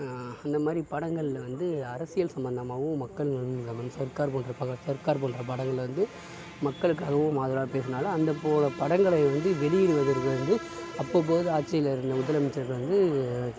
இந்த மாதிரி படங்கள்ல வந்து அரசியல் சம்பந்தமாகவும் மக்கள் நலன் சர்க்கார் போ சர்க்கார் போன்ற படங்கள்ல வந்து மக்களுக்காகவும் ஆதரவாக பேசுனதுல அந்தப் போல படங்களை வந்து வெளியிடுவதில் வந்து அப்பப்போது ஆட்சியில் இருந்த முதலமைச்சர்கள் வந்து